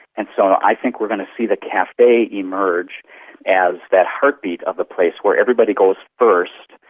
and so i think we're going see the cafe emerge as that heartbeat of the place where everybody goes first,